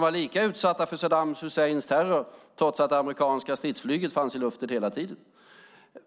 De var lika utsatta för Saddam Husseins terror trots att det amerikanska stridsflyget fanns i luften hela tiden.